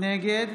נגד